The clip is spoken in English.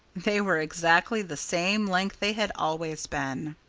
they were exactly the same length they had always been.